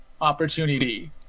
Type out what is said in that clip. opportunity